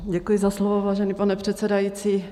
Děkuji za slovo, vážený pane předsedající.